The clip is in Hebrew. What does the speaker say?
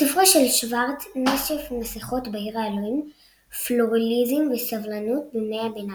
בספרו של שורץ "נשף מסכות בעיר האלוהים פלורליזם וסבלנות בימי הביניים",